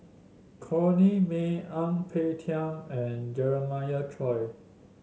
Corrinne May Ang Peng Tiam and Jeremiah Choy